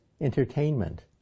entertainment